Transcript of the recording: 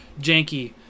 janky